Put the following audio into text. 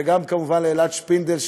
וגם כמובן לאלעד שפינדל,